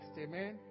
Amen